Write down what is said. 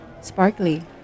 sparkly